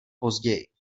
později